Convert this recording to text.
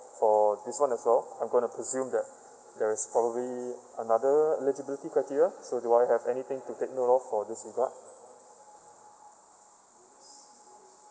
for this one as well I'm going to presume that there's probably another eligibility criteria so do I have anything to take note of for this regard